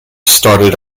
started